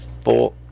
four